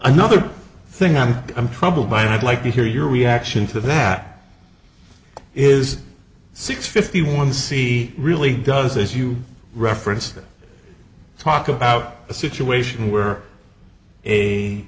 another thing i'm i'm troubled by and i'd like to hear your reaction to that is six fifty one c really does as you referenced it talk about a situation where a